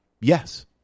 Yes